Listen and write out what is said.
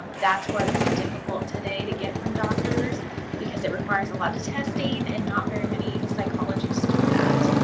that's what's difficult today to get from doctors because it requires a lot of testing and not very many psychologists do that.